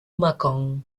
mekong